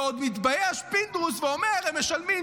ועוד מתבייש פינדרוס ואומר: הם משלמים,